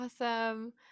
awesome